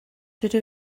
dydw